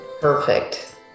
Perfect